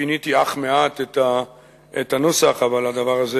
שיניתי אך מעט את הנוסח, אך הדבר הזה